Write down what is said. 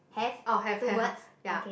orh have have !huh! ya